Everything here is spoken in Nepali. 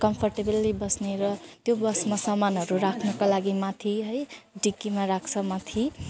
कम्फर्टेबली बस्ने र त्यो बसमा सामानहरू राख्नका लागि माथि है डिकीमा राख्छ माथि